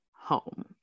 home